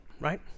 right